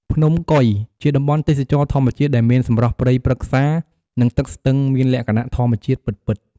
ភ្នំកុយ ជាតំបន់ទេសចរណ៍ធម្មជាតិដែលមានសម្រស់ព្រៃប្រឹក្សា និងទឹកស្ទឹងមានលក្ខណៈធម្មជាតិពិតៗ។